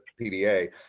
PDA